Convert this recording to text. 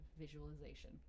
visualization